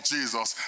Jesus